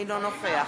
אינו נוכח